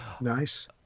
Nice